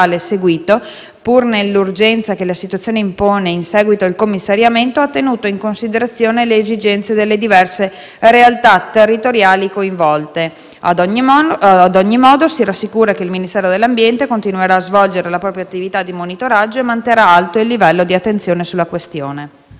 seguito, pur nell'urgenza che la situazione impone in seguito al commissariamento, ha tenuto in considerazione le esigenze delle diverse realtà territoriali coinvolte. Ad ogni modo, si rassicura che il Ministero dell'ambiente continuerà a svolgere la propria attività di monitoraggio e manterrà alto il livello di attenzione sulla questione.